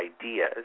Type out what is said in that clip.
ideas